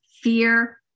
fear